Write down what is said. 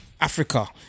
Africa